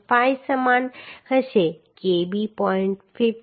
5 સમાન હશે Kb 0